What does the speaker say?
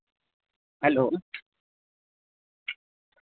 hello